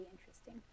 interesting